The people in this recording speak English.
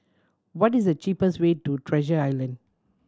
what is the cheapest way to Treasure Island